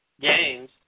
games